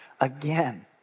again